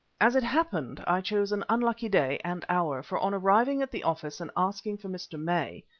as it happened i chose an unlucky day and hour, for on arriving at the office and asking for mr. may,